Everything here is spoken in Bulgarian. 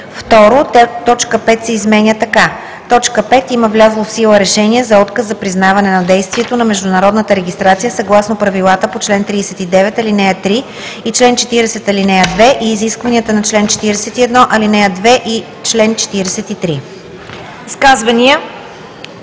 2. Точка 5 се изменя така: „5. има влязло в сила решение за отказ за признаване на действието на международната регистрация съгласно правилата по чл. 39, ал. 3 и чл. 40, ал. 2 и изискванията на чл. 41, ал. 2 и чл. 43.“